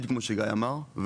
בדיוק כמו שגיא אמר,